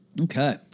Okay